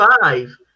five